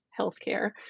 healthcare